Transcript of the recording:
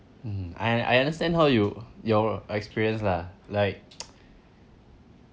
um I I understand how you your experience lah like